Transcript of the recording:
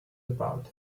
about